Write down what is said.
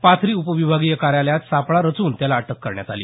पाथरी उपविभागीय कार्यालयात सापळा रचून त्याला अटक करण्यात आली